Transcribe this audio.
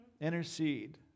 Intercede